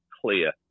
clear